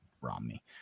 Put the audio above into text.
romney